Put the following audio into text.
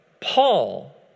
Paul